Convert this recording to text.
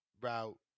route